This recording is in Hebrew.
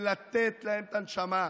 שייתנו להם את הנשמה,